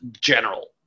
general